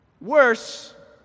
Worse